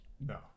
No